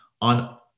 on